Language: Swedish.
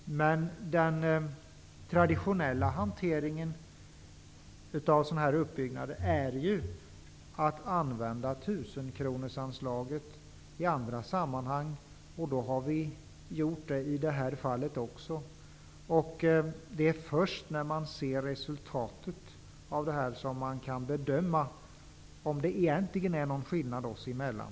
Men den traditionella hanteringen av sådana här uppbyggnader är ju att använda tusenkronorsanslaget. Så har vi gjort också i det här fallet. Det är först när man ser resultatet som man kan bedöma om det egentligen finns någon skillnad oss emellan.